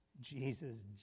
jesus